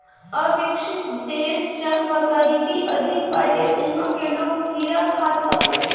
अविकसित देस जहवा गरीबी अधिका बाटे उहा के लोग कीड़ा खात हवे